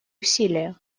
усилия